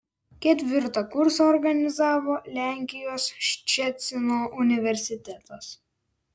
ketvirtą kursą organizavo lenkijos ščecino universitetas